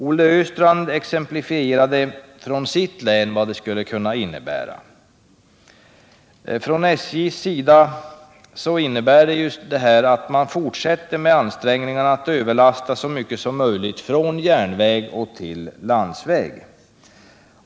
Olle Östrand exemplifierade från sitt län vad det skulle kunna leda till om förslaget genomfördes. SJ fortsätter sina ansträngningar att föra över så mycket som möjligt av trafiken från järnväg till landsväg.